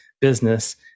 business